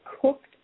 cooked